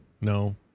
no